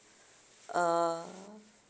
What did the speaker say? uh